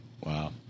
Wow